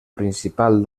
principal